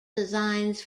designs